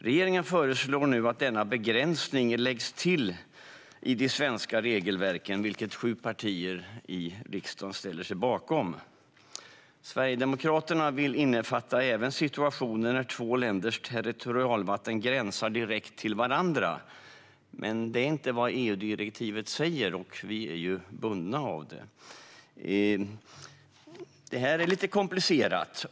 Regeringen föreslår nu att denna begränsning läggs till i de svenska regelverken, vilket sju partier i riksdagen ställer sig bakom. Sverigedemokraterna vill innefatta även situationer där två länders territorialvatten gränsar direkt till varandra. Men det är inte vad EU-direktivet säger, och vi är ju bundna av det. Det här är lite komplicerat.